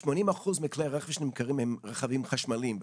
80 אחוזים מכלי הרכב שנמכרים הם רכבים חשמליים,